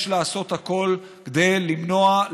יש לעשות הכול כדי למנוע,